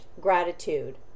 gratitude